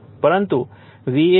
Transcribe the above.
પરંતુ VAN Vp છે